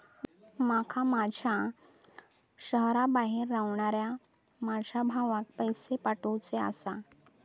माका माझ्या शहराबाहेर रव्हनाऱ्या माझ्या भावाक पैसे पाठवुचे आसा